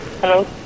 Hello